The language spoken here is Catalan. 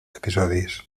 episodis